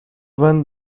when